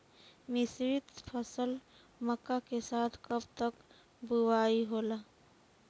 मिश्रित फसल मक्का के साथ कब तक बुआई होला?